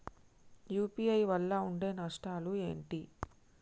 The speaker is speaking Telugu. యూ.పీ.ఐ వల్ల ఉండే నష్టాలు ఏంటి??